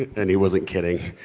and he wasn't kidding!